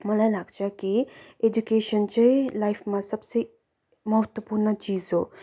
मलाई लाग्छ कि एजुकेसन चाहिँ लाइफमा सबसे महत्त्वपूर्ण चिज हो